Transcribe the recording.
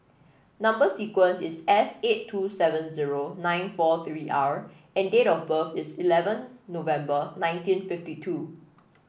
number sequence is S eight two seven zero nine four three R and date of birth is eleven November nineteen fifty two